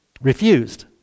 refused